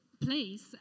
place